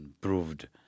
proved